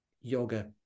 yoga